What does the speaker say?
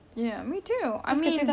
ya me too I mean